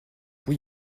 oui